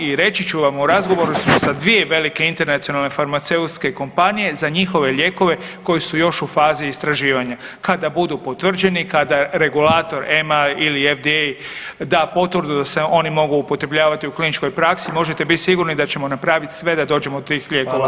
I reći ću vam u razgovoru smo sa dvije velike internacionalne farmaceutske kompanije za njihove lijekove koji su još u fazi istraživanja, kada budu potvrđeni, kada regulatora EMA ili FDA da potvrdu da se oni mogu upotrebljavati u kliničkoj praksi, možete biti sigurni da ćemo napraviti sve da dođemo do tih lijekova.